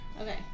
Okay